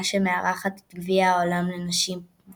ואוקיאניה OFC; לא אירחה מעולם.